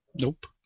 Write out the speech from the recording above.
Nope